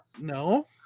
No